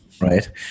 right